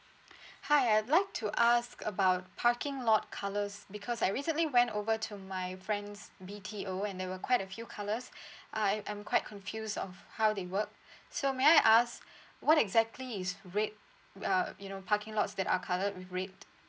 hi I'd like to ask about parking lot colours because I recently went over to my friend's B_T_O and there were quite a few colours I I'm quite confused of how they work so may I ask what exactly is red uh you know parking lots that are coloured with red